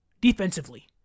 defensively